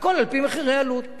הכול על-פי מחירי עלות.